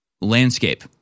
landscape